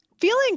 feeling